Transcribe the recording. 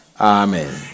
Amen